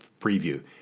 preview